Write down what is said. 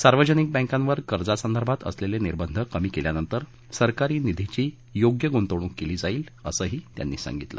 सार्वजनिक बँकांवर कर्जासंदर्भात असलेले निर्बंध कमी केल्यानंतर सरकारी निधीची योग्य गुंतवणूक केली जाईल असंही त्यांनी सांगितलं